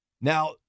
Now